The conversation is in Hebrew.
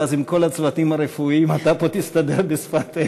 ואז עם כל הצוותים הרפואיים פה אתה תסתדר בשפת-אם.